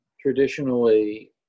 Traditionally